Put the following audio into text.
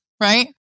right